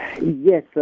yes